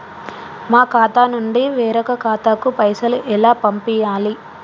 మా ఖాతా నుండి వేరొక ఖాతాకు పైసలు ఎలా పంపియ్యాలి?